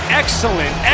excellent